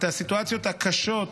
לסיטואציות הקשות,